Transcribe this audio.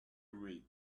read